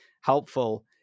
helpful